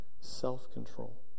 self-control